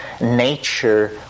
nature